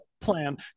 plan